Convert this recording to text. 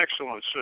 excellent